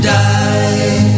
die